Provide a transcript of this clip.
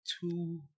two